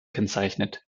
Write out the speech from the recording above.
kennzeichnet